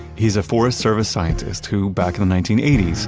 he's a forest service scientist who, back in the nineteen eighty s,